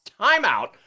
timeout